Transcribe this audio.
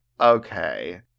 okay